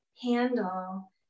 handle